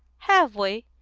have we?